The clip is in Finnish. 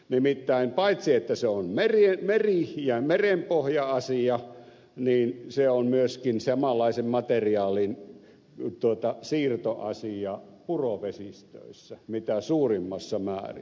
nimittäin paitsi että se on meri ja merenpohja asia niin se on myöskin samanlaisen materiaalin siirtoasia purovesistöissä mitä suurimmassa määrin